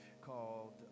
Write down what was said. called